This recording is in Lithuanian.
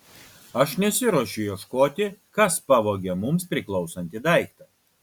aš nesiruošiu ieškoti kas pavogė mums priklausantį daiktą